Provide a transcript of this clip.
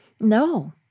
No